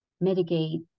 mitigate